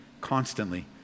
constantly